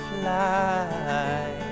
fly